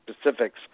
specifics